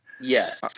Yes